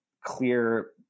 clear